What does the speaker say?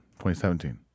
2017